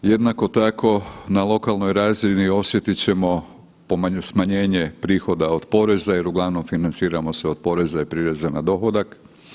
Jednako tako na lokalnoj razini osjetit ćemo smanjenje prihoda od poreza jer uglavnom financiramo se od poreza i prireza na dohodak.